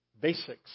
basics